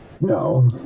No